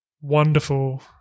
wonderful